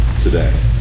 today